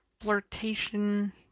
flirtation